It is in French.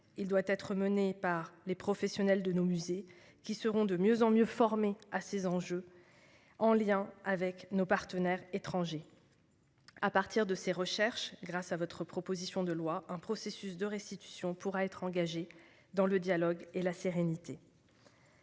Il doit être mené par les professionnels de nos musées, qui seront de mieux en mieux formés à ces enjeux, en lien avec nos partenaires étrangers. À partir de ces recherches, grâce à votre proposition de loi, un processus de restitution pourra être engagé dans le dialogue et la sérénité.